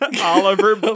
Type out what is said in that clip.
Oliver